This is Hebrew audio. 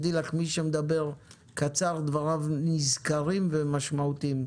תדעי לך, מי שמדבר קצר דבריו נזכרים ומשמעותיים.